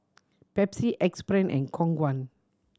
Pepsi Axe Brand and Khong Guan